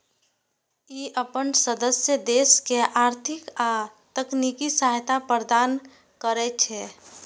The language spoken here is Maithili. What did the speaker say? ई अपन सदस्य देश के आर्थिक आ तकनीकी सहायता प्रदान करै छै